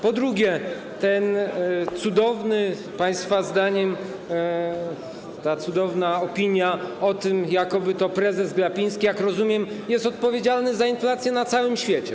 Po drugie, ten cudowny państwa zdaniem... ta cudowna opinia, jakoby to prezes Glapiński, jak rozumiem, był odpowiedzialny za inflację na całym świecie.